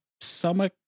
summer